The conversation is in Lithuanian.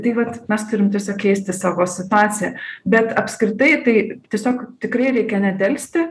tai vat mes turim tiesiog keisti savo situaciją bet apskritai tai tiesiog tikrai reikia nedelsti